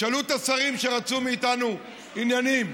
תשאלו את השרים שרצו מאיתנו עניינים,